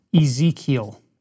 Ezekiel